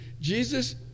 Jesus